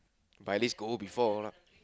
but at least go before